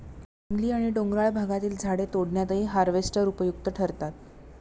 जंगली आणि डोंगराळ भागातील झाडे तोडण्यातही हार्वेस्टर उपयुक्त ठरतात